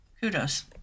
kudos